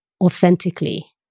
authentically